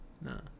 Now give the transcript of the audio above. no